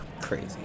Crazy